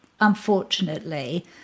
unfortunately